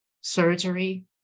surgery